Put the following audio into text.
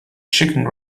chicken